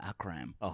Akram